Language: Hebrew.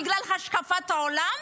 בגלל השקפת עולם?